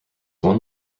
one